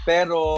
Pero